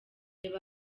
reba